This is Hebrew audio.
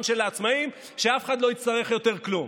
של העצמאים שאף אחד לא יצטרך יותר כלום.